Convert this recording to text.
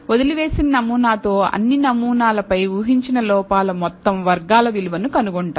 వదిలివేసిన నమూనా తో అన్ని నమూనాల పై ఊహించిన లోపాల మొత్తం వర్గాల విలువను కనుగొంటారు